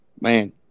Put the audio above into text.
man